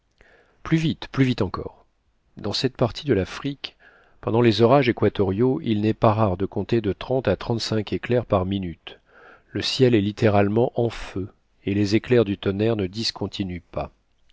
plus vite plus vite encore dans cette partie de l'afrique pendant les orages équatoriaux il n'est pas rare de compter de trente-cinq éclairs par minute le ciel est littéralement en feu et les éclats du tonnerre ne discontinuent pas